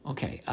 Okay